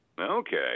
Okay